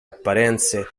apparenze